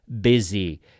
busy